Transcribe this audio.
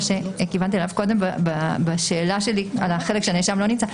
שכיוונתי אליו קודם בשאלה שלי על החלק שהנאשם לא נמצא.